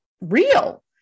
real